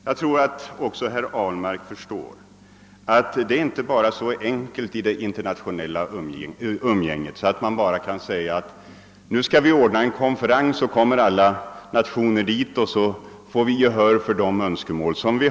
Jag tror att även herr Ahlmark förstår att det inte är så enkelt i det internationella umgänget att man bara kan säga: Nu skall vi ordna en koferens; då kommer alla nationer dit och då får vi gehör för våra önskemål.